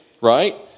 right